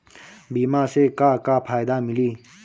बीमा से का का फायदा मिली?